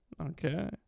Okay